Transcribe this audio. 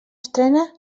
estrena